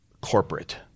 corporate